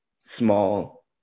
small